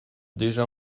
déjà